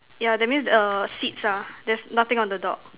yeah that means err seat ah that's nothing on the dog